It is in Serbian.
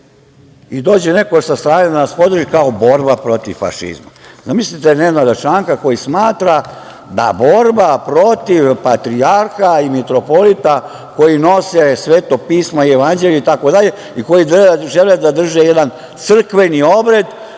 i dođe neko sa strane da nas podrži - kao borba protiv fašizma. Zamislite Nenada Čanka koji smatra da borba protiv patrijarha i mitropolita koji nose Sveto pismo, Jevanđelje itd. i koji žele da drže jedan crkveni obred